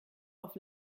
auf